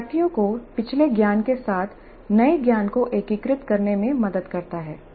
शिक्षार्थियों को पिछले ज्ञान के साथ नए ज्ञान को एकीकृत करने में मदद करता है